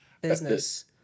business